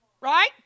Right